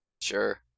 Sure